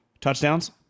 Touchdowns